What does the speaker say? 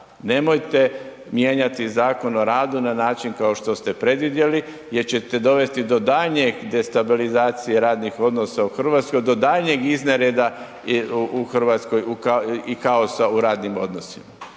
nemojte mijenjati Zakon o radu na način kao što ste predvidjeli jer ćete dovesti do daljnje destabilizacije radnih odnosa u Hrvatskoj, do daljnjeg iznereda u Hrvatskoj i kaosa u radnim odnosima.